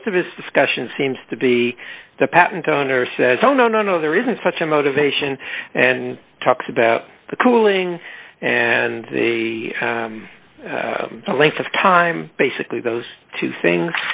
most of his discussion seems to be the patent owner says oh no no no there isn't such a motivation and talks about the cooling and the length of time basically those two things